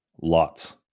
Lots